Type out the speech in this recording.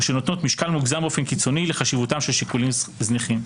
שנותנות משקל מוגזם באופן קיצוני לחשיבותם של שיקולים זניחים.